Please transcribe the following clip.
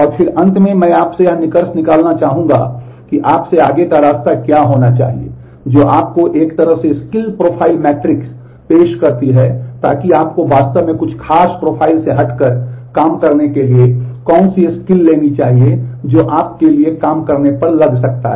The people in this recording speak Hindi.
और फिर अंत में मैं आपसे यह निष्कर्ष निकालना चाहूंगा कि आप से आगे का रास्ता क्या होना चाहिए जो आपको एक तरह की स्किल प्रोफाइल मैट्रिक्स लेनी चाहिए जो आप के लिए काम करने पर लग सकता है